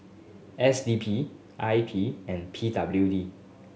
S D P I P and P W D